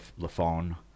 Lafon